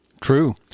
True